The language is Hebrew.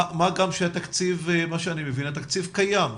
מה גם שהתקציב קיים.